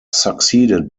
succeeded